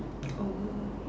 oh